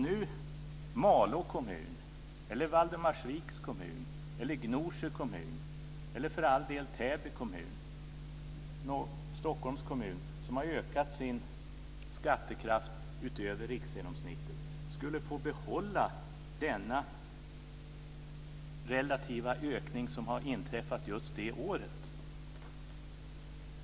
Gnosjö kommun - eller för all del Täby kommun eller Stockholms kommun - som har ökat sin skattekraft utöver riksgenomsnittet skulle få behålla den relativa ökning som har inträffat just det året.